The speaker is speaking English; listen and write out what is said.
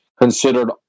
considered